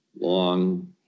long